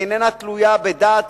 איננה תלויה בדת,